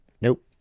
nope